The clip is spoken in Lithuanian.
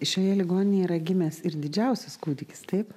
šioje ligoninėj yra gimęs ir didžiausias kūdikis taip